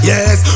Yes